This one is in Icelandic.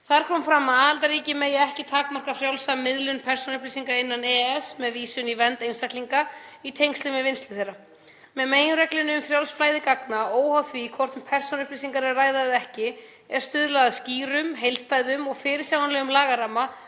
Þar kom fram að aðildarríki megi ekki takmarka frjálsa miðlun persónuupplýsinga innan EES með vísun í vernd einstaklinga í tengslum við vinnslu þeirra. Með meginreglunni um frjálst flæði gagna, óháð því hvort um persónuupplýsingar er að ræða eða ekki, er stuðlað að skýrum, heildstæðum og fyrirsjáanlegum lagaramma